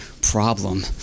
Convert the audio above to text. problem